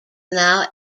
now